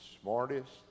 smartest